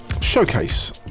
showcase